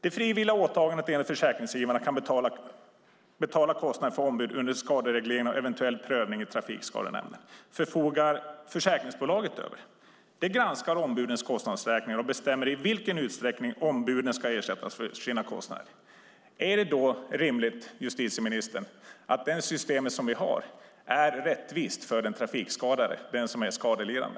Det frivilliga åtagandet enligt vilket försäkringsgivarna kan betala kostnader för ombud under skadereglering och eventuell prövning i trafikskadenämnden förfogar försäkringsbolaget över. De granskar ombudens kostnadsräkningar och bestämmer i vilken utsträckning ombuden ska ersättas för sina kostnader. Kan då, justitieministern, det system som vi har anses rättvist för den trafikskadade, den som är skadelidande?